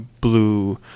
blue